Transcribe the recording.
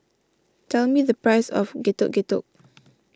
tell me the price of Getuk Getuk